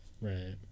Right